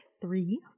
Three